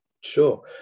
Sure